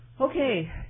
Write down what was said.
Okay